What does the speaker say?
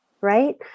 right